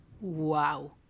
wow